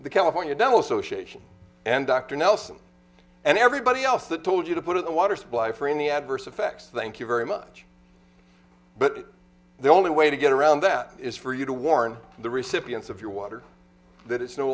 the california dental association and dr nelson and everybody else that told you to put in the water supply for any adverse effects thank you very much but the only way to get around that is for you to warn the recipients of your water that it's no